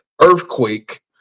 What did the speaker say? earthquake